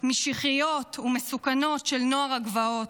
משיחיות ומסוכנות של נוער הגבעות,